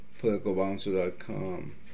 politicalbouncer.com